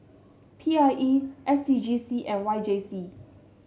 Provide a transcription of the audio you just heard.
P I E S C G C and Y J C